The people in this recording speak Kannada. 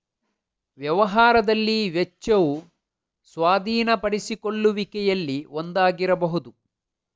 ವ್ಯವಹಾರದಲ್ಲಿ ವೆಚ್ಚವು ಸ್ವಾಧೀನಪಡಿಸಿಕೊಳ್ಳುವಿಕೆಯಲ್ಲಿ ಒಂದಾಗಿರಬಹುದು